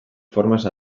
formaz